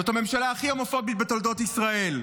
זאת הממשלה הכי הומופובית בתולדות ישראל.